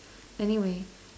anyway